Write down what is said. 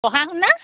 পঢ়া শুনা